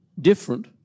different